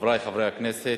חברי חברי הכנסת,